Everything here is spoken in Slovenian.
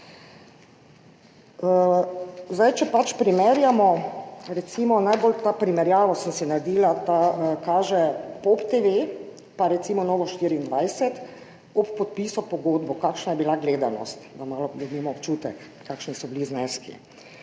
to primerjavo sem si naredila, ta kaže POP TV pa recimo Novo24 ob podpisu pogodb, kakšna je bila gledanost, da malo dobimo občutek, kakšni so bili zneski.